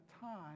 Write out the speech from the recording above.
time